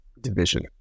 division